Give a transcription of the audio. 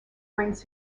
brings